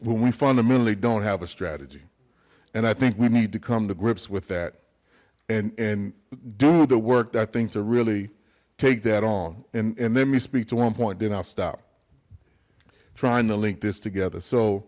when we fundamentally don't have a strategy and i think we need to come to grips with that and and do the work that thing to really take that on and let me speak to one point then i'll stop trying to link this together so